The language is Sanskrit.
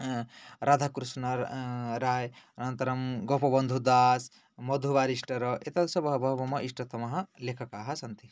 राधाकृष्ण राय् अनन्तरं गोपबन्धुदास् मधुवारिष्ट राय् एतादृश बहवः मम इष्टतमः लेखकाः सन्ति